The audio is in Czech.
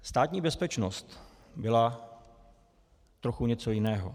Státní bezpečnost byla trochu něco jiného.